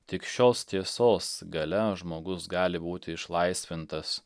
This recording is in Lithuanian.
tik šios tiesos galia žmogus gali būti išlaisvintas